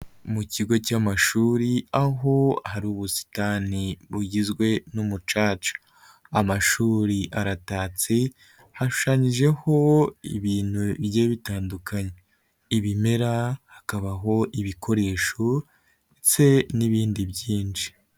Mu kigo cy'amashuri, aho hari ubusitani bugizwe n'umucaca, amashuri aratatse, hashushanyijeho ibintu bigiye bitandukanye, ibimera, hakabaho ibikoresho ndetse n'ibindi byinshi.